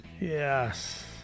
yes